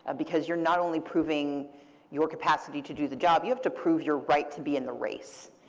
ah because you're not only proving your capacity to do the job, you have to prove your right to be in the race.